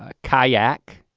ah kayak,